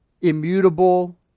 immutable